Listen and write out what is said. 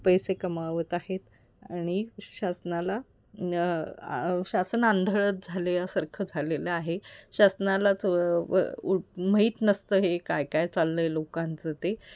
पैसे कमावत आहेत आणि शासनाला शासन आंधळच झाल्यासारखं झालेलं आहे शासनालाच उ माहीत नसतं हे काय काय चाललं आहे लोकांचं ते